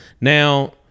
Now